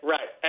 Right